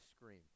scream